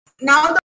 Now